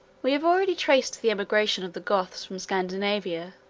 we have already traced the emigration of the goths from scandinavia,